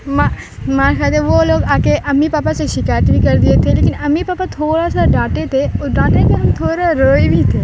مار مار کھائے تھے وہ لوگ آ کے امی پاپا سے شکایت بھی کر دیے تھے لیکن امی پاپا تھوڑا سا ڈانٹے تھے اور ڈانٹے میں ہم تھوڑا روئے بھی تھے